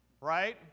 Right